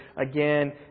again